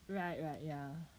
right right ya